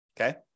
Okay